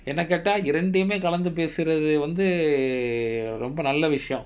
என்ன கேட்டா இரண்டயுமே கலந்து பேசுறது வந்து ரொம்ப நல்ல விஷயோ:enna kaetaa irandayumae kalanthu paesurathu vanthu romba nalla vishayo